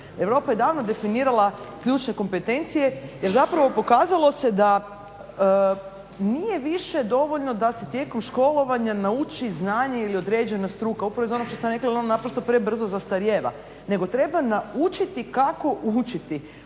Europa je davno definirala ključne kompetencije jer zapravo pokazalo se da nije više dovoljno da se tijekom školovanja nauči znanje ili određena struka. Upravo iz onog što sam rekla jer ono naprosto prebrzo zastarijeva. Nego treba naučiti kako učiti,